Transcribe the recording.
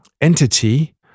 entity